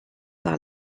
par